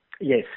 Yes